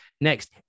next